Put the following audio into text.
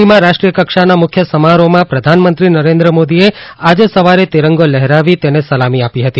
દિલ્ફીમાં રાષ્ટ્રીયકક્ષાના મુખ્ય સમારોહમાં પ્રધાનમંત્રી નરેન્દ્ર મોદીએ આજે સવારે તિરંગો લહેરાવી તેને સલામી આપી હતી